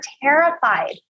terrified